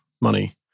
money